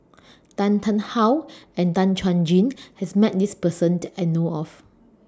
Tan Tarn How and Tan Chuan Jin has Met This Person that I know of